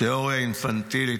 תיאוריה אינפנטילית.